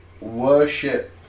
worship